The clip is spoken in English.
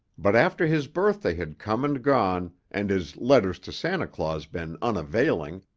but after his birthday had come and gone and his letters to santa claus been unavailing,